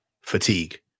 fatigue